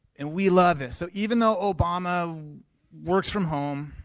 and we love this. so even though obama works from home